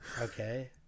Okay